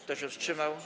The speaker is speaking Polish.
Kto się wstrzymał?